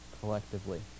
collectively